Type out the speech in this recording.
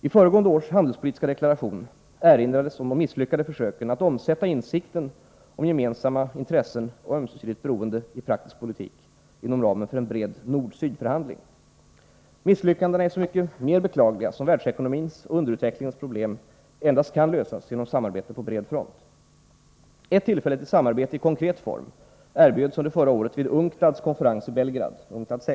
I föregående års handelspolitiska deklaration erinrades om de misslyckade försöken att omsätta insikten om gemensamma intressen och ömsesidigt beroende i praktisk politik inom ramen för en bred nord-syd-förhandling. Misslyckandena är så mycket mer beklagliga som världsekonomins och underutvecklingens problem endast kan lösas genom samarbete på bred front. Ett tillfälle till samarbete i konkret form erbjöds under förra året vid UNCTAD:s konferens i Belgrad .